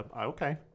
okay